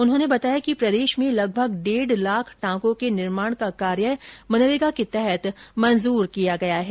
उन्होंने बताया कि प्रदेश में लगभग डेढ लाख टांकों के निर्माण का कार्य मनरेगा के तहत मंजूर किया गया है